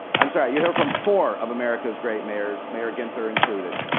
i'm sorry, you'll hear from four of america's great mayors, mayor ginther included.